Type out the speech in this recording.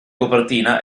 copertina